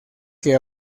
que